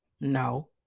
No